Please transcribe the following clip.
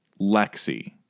Lexi